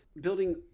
building